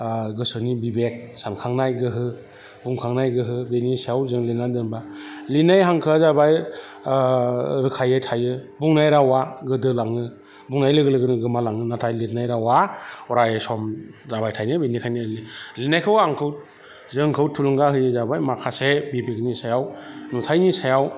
गोसोनि बिबेक सानखांनाय गोहो गंखांनाय गोहो बेनि सायाव जों लिरनानै दोनोबा लिरनाय हांखोआ जाबाय रोखायै थायो बुंनाय रावा गोदोलाङो बुंनाय लोगो लोगोनो गोमा लाङो नाथाय लिरनाय रावा अराय सम जाबाय थायो बेनिखायनो लिरनायखौ आंखौ जोंखौ थुलुंगा होयो जाबाय माखासे बिबेकनि सायाव नुथायनि सायाव